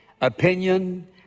Opinion